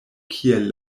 kiel